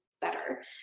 better